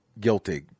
guilty